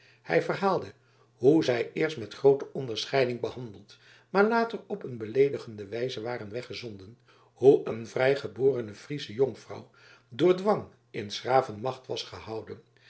hij verhaalde hoe zij eerst met groote onderscheiding behandeld maar later op een beleedigende wijze waren weggezonden hoe een vrijgeborene friesche jonkvrouw door dwang in s graven macht was gehouden